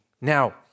Now